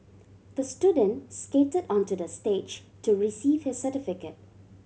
the student skated onto the stage to receive his certificate